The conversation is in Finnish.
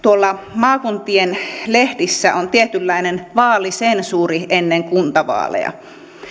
maakuntien lehdissä on tietynlainen vaalisensuuri ennen kuntavaaleja